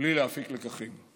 בלי להפיק לקחים.